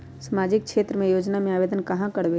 सामाजिक क्षेत्र के योजना में आवेदन कहाँ करवे?